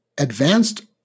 Advanced